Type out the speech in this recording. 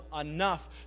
enough